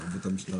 תערבו את המשטרה,